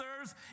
others